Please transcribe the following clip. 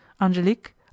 Angelique